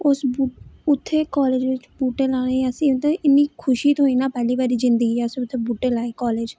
उत्थै कालेज च बूह्टे लाने दी असें ई इन्नी खुशी थ्होई नां पैह्ली बारी जिंदगी च बूह्टे लाए कालेज च